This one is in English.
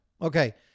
Okay